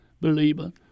believer